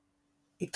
..